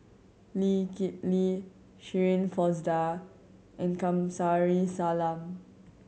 Lee Kip Lee Shirin Fozdar and Kamsari Salam